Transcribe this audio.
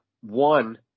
one